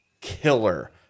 killer